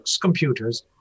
computers